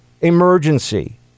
emergency